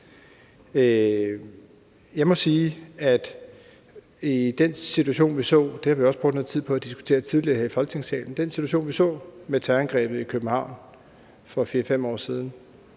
Jeg må sige, at i forhold til den situation, vi så, med terrorangrebet i København for 4-5 år siden